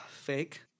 fake